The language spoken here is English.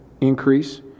increase